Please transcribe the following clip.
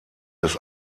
des